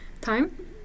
time